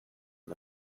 and